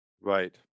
Right